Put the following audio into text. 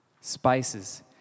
Spices